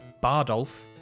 Bardolph